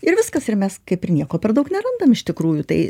ir viskas ir mes kaip ir nieko per daug nerandam iš tikrųjų tai